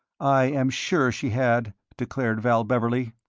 i am sure she had, declared val beverley.